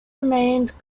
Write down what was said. remained